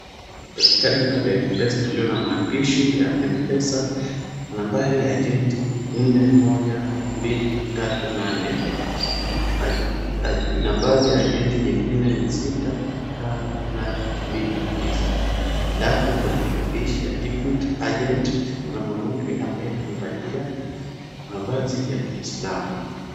Katika duka la mpesa lililo na maandishi ya mpesa nambari ya ajenti nne moja mbili tatu nane, nambari ya ajenti nyingine ni sita tano nane mbili tisa. Alafu kuna maandishi ya equity agent, kuna mwanamke ambaye amevalia mavazi ya kiislamu.